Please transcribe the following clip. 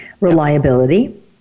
reliability